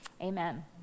Amen